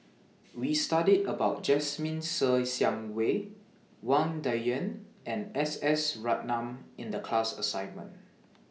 We studied about Jasmine Ser Xiang Wei Wang Dayuan and S S Ratnam in The class assignment